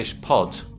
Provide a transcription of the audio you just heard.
pod